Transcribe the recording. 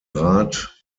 rath